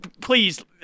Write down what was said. please